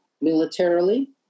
militarily